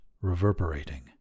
reverberating